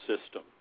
system